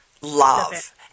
love